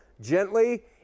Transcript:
gently